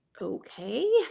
okay